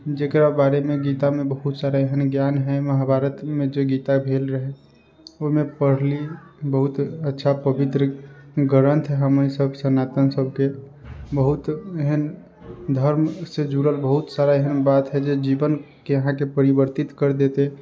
जकरा बारेमे गीतामे बहुत सारा एहन ज्ञान हइ महाभारतमे जे गीता भेल रहै ओहिमे पढ़ली बहुत अच्छा पवित्र ग्रन्थ हमनी सब सनातन सबके बहुत एहन धर्मसँ जुड़ल बहुत सारा एहन बात हइ जे जीवनके अहाँके परिवर्तित करि देत